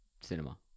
cinema